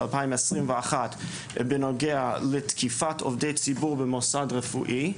2021 בנוגע לתקיפת עובדי ציבור במוסד רפואי,